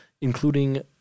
including